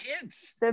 kids